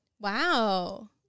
Wow